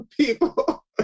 people